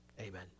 Amen